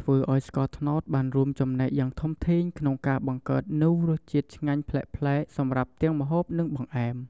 ធ្វើឱ្យស្ករត្នោតបានរួមចំណែកយ៉ាងធំធេងក្នុងការបង្កើតនូវរសជាតិឆ្ងាញ់ប្លែកៗសម្រាប់ទាំងម្ហូប និងបង្អែម។